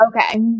okay